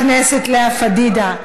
הכנסת לאה פדידה,